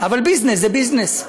אבל ביזנס זה ביזנס.